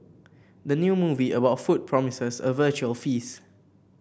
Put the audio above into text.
the new movie about food promises a visual feast